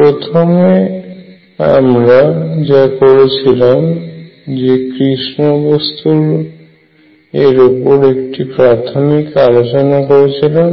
প্রথমে আমরা যা করেছিলাম যে কৃষ্ণবস্তু বিকিরণ এর ওপর একটি প্রাথমিক আলোচনা করেছিলাম